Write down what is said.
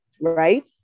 right